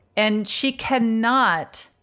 and she can not.